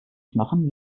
knochen